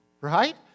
right